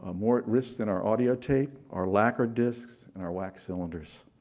ah more at risk than our audio tape, our lacquer discs and our wax cylinders.